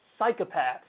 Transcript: psychopaths